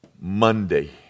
Monday